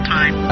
Time